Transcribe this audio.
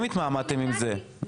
התשפ"ג-2023,